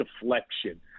deflection